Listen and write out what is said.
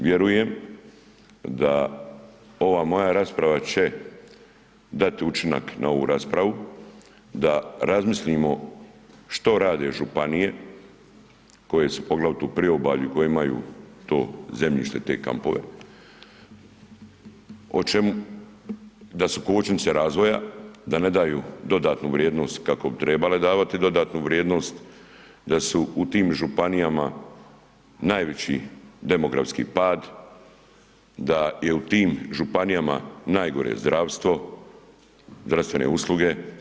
Vjerujem da će ova moja rasprava dati učinak na ovu raspravu da razmislimo što rade županije koje su poglavito u Priobalju, koje imaju to zemljište te kampove, da su kočnice razvoja, da ne daju dodatnu vrijednost kako bi trebale davati dodatnu vrijednost, da su u tim županijama najveći demografski pad, da je u tim županijama najgore zdravstvo, zdravstvene usluge.